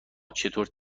چطور